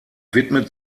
widmet